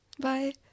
Bye